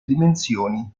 dimensioni